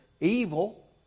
evil